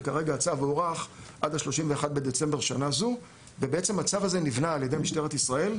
וכרגע הצו הוארך עד ה-31 בדצמבר 2021. הצו הזה נבנה על ידי משטרת ישראל,